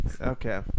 Okay